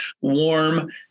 warm